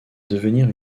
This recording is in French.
devenir